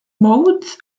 modes